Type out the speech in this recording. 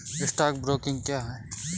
Stock broking क्या है?